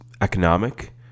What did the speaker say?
economic